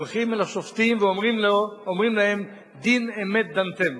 הולכים לשופטים ואומרים להם: דין אמת דנתם.